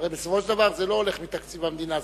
הרי בסופו של דבר זה לא מתקציב המדינה,